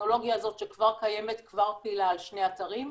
הטכנולוגיה שכבר קיימת כבר פעילה על שני אתרים,